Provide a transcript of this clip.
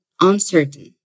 uncertain